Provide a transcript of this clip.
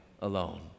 alone